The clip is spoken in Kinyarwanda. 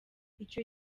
icyo